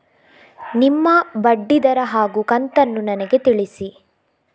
ನಿಮ್ಮ ಬಡ್ಡಿದರ ಹಾಗೂ ಕಂತನ್ನು ನನಗೆ ತಿಳಿಸಿ?